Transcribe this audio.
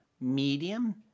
Medium